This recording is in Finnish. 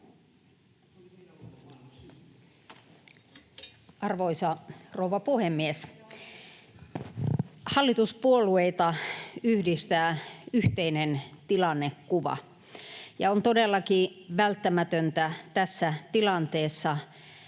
Arvoisa rouva puhemies! Hallituspuolueita yhdistää yhteinen tilannekuva, ja on todellakin välttämätöntä tässä tilanteessa